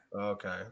Okay